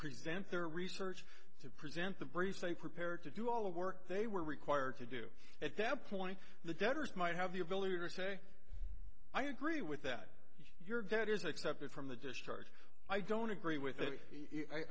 present their research to present the briefs they prepared to do all the work they were required to do at that point the debtors might have the ability to say i agree with that your bet is accepted from the discharge i don't agree with